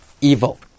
evil